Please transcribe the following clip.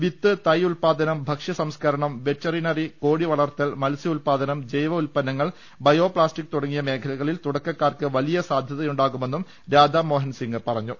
വിത്ത് തൈ ഉല്പാദനം ഭക്ഷ്യസംസ്കരണം വെറ്ററിന റി കോഴിവളർത്തൽ മത്സ്യഉല്പാദനം ജൈവ ഉല്പന്നങ്ങൾ ബയോപ്ലാസ്റ്റിക് തുടങ്ങിയ മേഖലകളിൽ തുടക്കക്കാർക്ക് വലിയ സാധൃതയുണ്ടാകുമെന്നും രാ ധ മോഹൻസിംഗ് പറഞ്ഞു